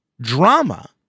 drama